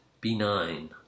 benign